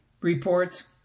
reports